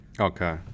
okay